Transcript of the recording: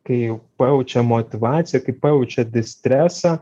kai jau pajaučia motyvaciją kai pajaučia distresą